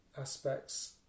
aspects